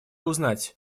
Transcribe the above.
узнать